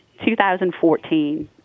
2014